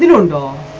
and and